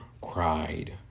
cried